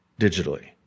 digitally